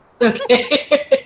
Okay